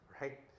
right